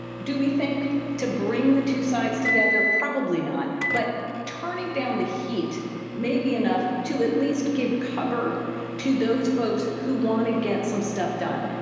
do we think, to bring the two sides together? probably not. but turning down the heat may be enough to at least give cover to those folks who want to get some stuff done.